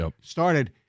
started